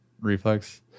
reflex